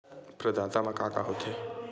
प्रदाता मा का का हो थे?